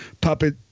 puppet